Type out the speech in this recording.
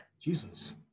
Jesus